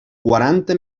quaranta